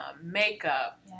makeup